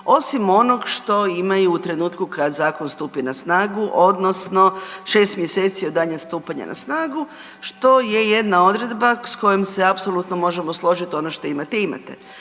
osim onog što imaju u trenutku kad zakon stupi na snagu odnosno 6 mjeseci od dana stupanja na snagu što je jedna odredba s kojom se apsolutno možemo složiti, ono što imate, imate.